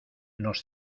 nos